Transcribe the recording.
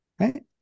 Right